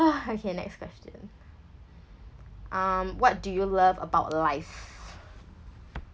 okay next question um what do you love about life